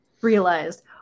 realized